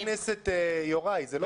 חבר הכנסת יוראי, זה לא מכפיל.